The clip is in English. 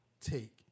take